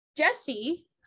Jesse